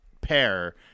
pair